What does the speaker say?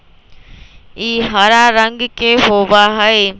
ई हरा रंग के होबा हई